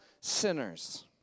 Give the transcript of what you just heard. sinners